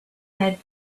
had